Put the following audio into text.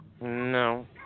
No